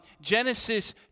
Genesis